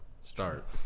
start